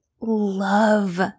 love